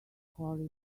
corey